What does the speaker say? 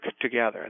together